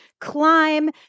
climb